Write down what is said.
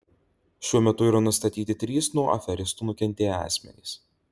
šiuo metu yra nustatyti trys nuo aferistų nukentėję asmenys